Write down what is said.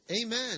Amen